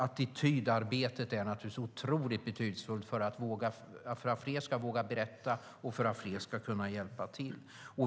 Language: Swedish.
Attitydarbetet är naturligtvis otroligt betydelsefullt för att fler ska våga berätta och för att fler ska kunna hjälpa till.